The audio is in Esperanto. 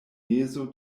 mezo